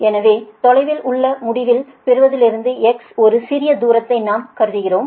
எனவே தொலைவில் உள்ள முடிவைப் பெறுவதிலிருந்து x ஒரு சிறிய தூரத்தை நாம் கருதுகிறோம்